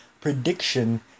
prediction